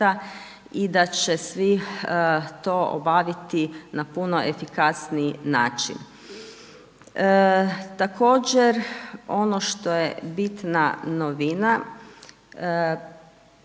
i da će svi to obaviti na puno efikasniji način. Također ono što je bitna novina,